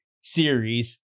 series